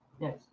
Yes